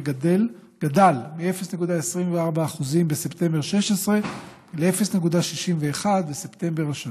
וגדל מ-0.24% בספטמבר 2016 ל-0.61% בספטמבר השנה.